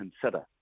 consider